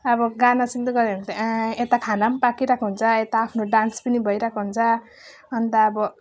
अब गाना सुन्दै गर्यो भने चाहिँ आँ यता खाना पनि पाकिरहेको हुन्छ यता आफ्नो डान्स पनि भइरहेको हुन्छ अन्त अब